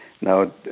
Now